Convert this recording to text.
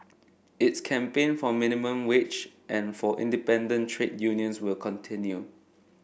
its campaign for minimum wage and for independent trade unions will continue